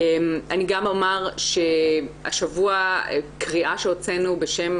אני גם אומר שהשבוע קריאה שהוצאנו בשם